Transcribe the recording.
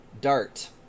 Dart